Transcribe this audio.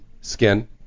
Skin